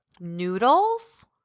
noodles